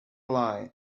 lie